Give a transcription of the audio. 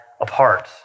apart